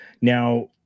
Now